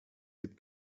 gibt